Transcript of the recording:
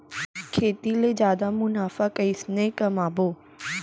खेती ले जादा मुनाफा कइसने कमाबो?